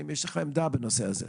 האם יש לכם עמדה בנושא הזה?